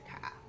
car